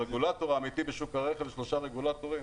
הרגולטור האמיתי בשוק הרכב זה שלושה רגולטורים: